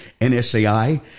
NSAI